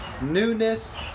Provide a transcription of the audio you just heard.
Newness